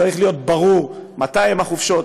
צריך להיות ברור מתי ימי החופשה,